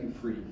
free